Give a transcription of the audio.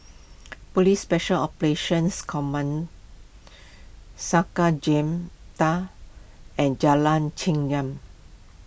Police Special Operations Command Sakra Jemta and Jalan Chengam